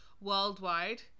worldwide